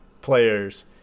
players